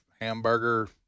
hamburger